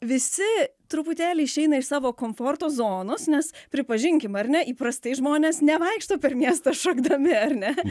visi truputėlį išeina iš savo komforto zonos nes pripažinkim ar ne įprastai žmonės nevaikšto per miestą šokdami ar ne